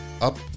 up